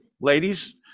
Ladies